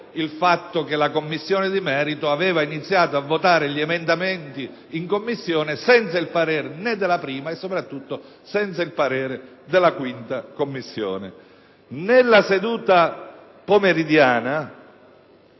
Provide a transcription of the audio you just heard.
il fatto che la Commissione di merito aveva iniziato a votare gli emendamenti in Commissione senza il parere della 1a e, soprattutto, senza il parere della 5a Commissione. Nella seduta pomeridiana,